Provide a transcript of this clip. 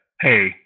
Hey